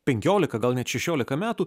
penkiolika gal net šešiolika metų